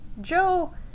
Joe